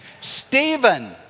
Stephen